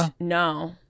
No